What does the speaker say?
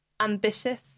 ambitious